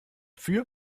für